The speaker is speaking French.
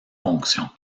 fonction